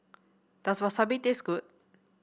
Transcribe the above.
does Wasabi taste good